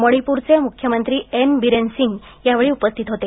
मणिपूरचे मुख्यमंत्री एन बीरेन सिंग यावेळी उपस्थित होते